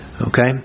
Okay